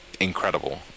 incredible